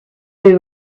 they